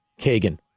Kagan